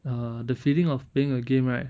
err the feeling of playing a game right